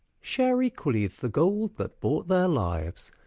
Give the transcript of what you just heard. share equally the gold that bought their lives,